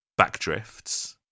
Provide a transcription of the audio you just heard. Backdrifts